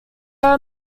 are